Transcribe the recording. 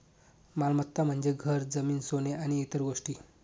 मालमत्ता म्हणजे घर, जमीन, सोने आणि इतर गोष्टी